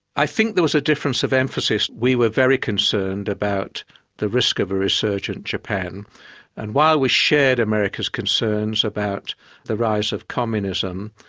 i think there was a difference of emphasis. we were very concerned about the risk of a resurgent japan and while we shared america's concerns about the rise of communism,